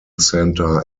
center